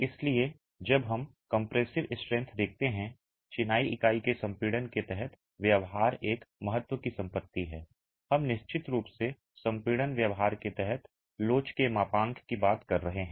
इसलिए जब हम कंप्रेसिव स्ट्रेंथ देखते हैं चिनाई इकाई के संपीड़न के तहत व्यवहार एक महत्व की संपत्ति है हम निश्चित रूप से संपीड़न व्यवहार के तहत लोच के मापांक की बात कर रहे हैं